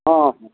हँ हँ